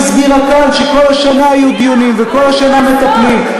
היא הסבירה כאן שכל השנה היו דיונים וכל השנה מטפלים.